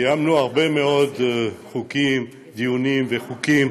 קיימנו הרבה מאוד דיונים בחוקים